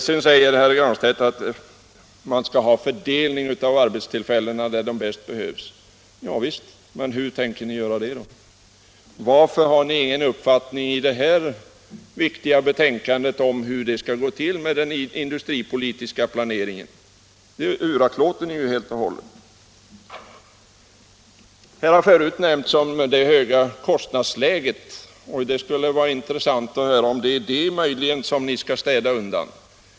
Herr Granstedt talade om att fördela arbetstillfällena till de platser där de bäst behövs. Ja visst. Hur tänker ni göra det då? Varför har ni inte i det här viktiga betänkandet framfört någon uppfattning om hur den industripolitiska planeringen skall gå till? Det har ni uraktlåtit. Här har förut talats om det höga kostnadsläget. Det skulle vara intressant att höra om det möjligen är det ni skall städa undan.